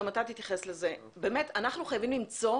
גם אתה תתייחס לזה באמת אנחנו חייבים למצוא